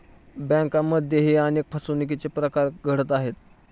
बँकांमध्येही अनेक फसवणुकीचे प्रकार घडत आहेत